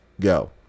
go